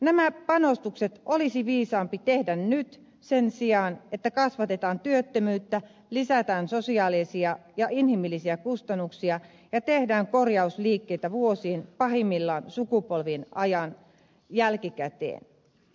nämä panostukset olisi viisaampi tehdä nyt sen sijaan että kasvatetaan työttömyyttä lisätään sosiaalisia ja inhimillisiä kustannuksia ja tehdään korjausliikkeitä vuosien pahimmillaan sukupolvien ajan jälkikäteen